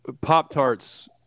Pop-Tarts